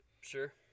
Sure